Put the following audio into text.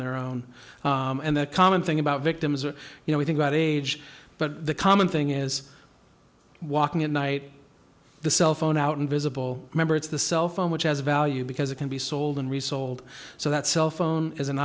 their own and the common thing about victims are you know we think about age but the common thing is walking at night the cellphone out invisible remember it's the cell phone which has a value because it can be sold and resold so that cellphone is an